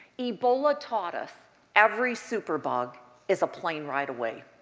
ebola taught us every superbug is a plane ride away.